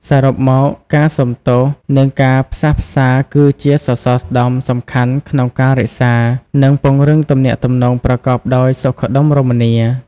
សរុបមក ការសុំទោស និងការផ្សះផ្សាគឺជាសសរស្តម្ភសំខាន់ក្នុងការរក្សា និងពង្រឹងទំនាក់ទំនងប្រកបដោយសុខដុមរមនា។